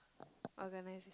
organize